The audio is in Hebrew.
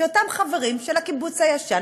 שאותם חברים של הקיבוץ הישן,